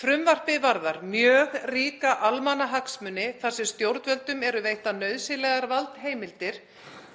Frumvarpið varðar mjög ríka almannahagsmuni þar sem stjórnvöldum eru veittar nauðsynlegar valdheimildir